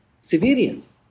civilians